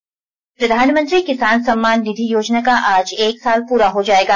किसान सम्मान प्रधानमंत्री किसान सम्मान निधि योजना का आज एक साल पूरा हो जायेगा